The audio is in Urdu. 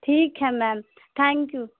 ٹھیک ہے میم تھینک یو